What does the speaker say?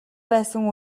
байсан